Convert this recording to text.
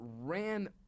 ran